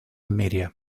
media